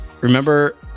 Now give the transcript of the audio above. Remember